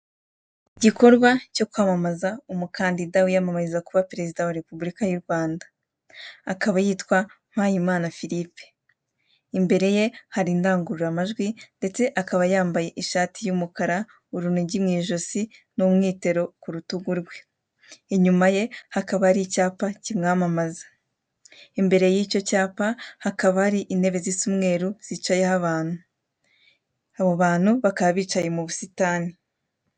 Igikorwa cyo kwamamaza umukandida wiyamamariza kuba perezida wa Repubulika y'u Rwanda akaba yitwa Mpayimana philippe, imbere ye hari indangururamajwi ndetse akaba yambaye ishati y'umukara, urunigi mu ijosi n'umwitero ku rutugu rwe, inyuma ye hakaba hari icyapa kimwamamaza, imbere y'icyo cyapa hakaba hari intebe zisa umweru zicayeho abantu, abo bantu bakaba bicaye mu busitani.